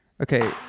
okay